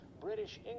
British